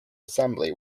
assembly